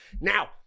Now